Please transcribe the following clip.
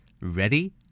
Ready